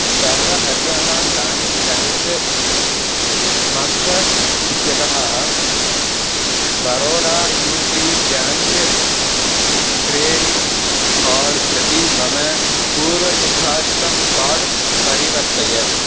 सर्वहरियाणा Gramin bank मास्कार्ट् इत्यतः Baroda U P bank credit card प्रति मम पूर्वनिर्धारितं कार्ड् परिवर्तय